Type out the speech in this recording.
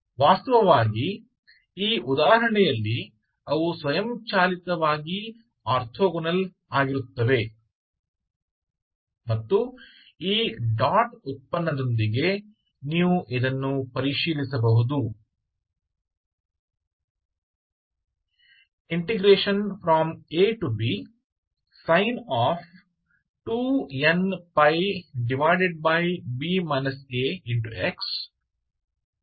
वास्तव में इस उदाहरण से वे स्वचालित रूप से ऑर्थोगोनल है और आप डॉट प्रोडक्ट से सत्यापित कर सकते हैं